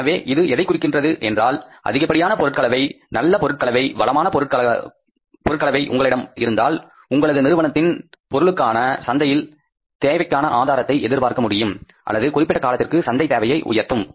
எனவே இது எதைக் குறிக்கிறது என்றால் அதிகமான பொருட்கலவை நல்ல பொருட்கலவை வளமான பொருட்கலவை உங்களிடம் இருந்தால் உங்களது நிறுவனத்தின் பொருட்களுக்கான சந்தை தேவைக்கான ஆதாரத்தை எதிர்பார்க்க முடியும் அல்லது குறிப்பிட்ட காலத்திற்கு சந்தைத் தேவையை உயர்த்தும்